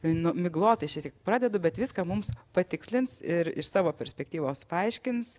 nu miglotai šiek tiek pradedu bet viską mums patikslins ir iš savo perspektyvos paaiškins